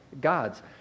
gods